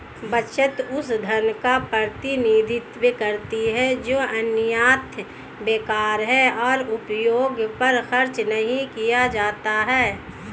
बचत उस धन का प्रतिनिधित्व करती है जो अन्यथा बेकार है और उपभोग पर खर्च नहीं किया जाता है